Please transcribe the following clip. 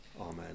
Amen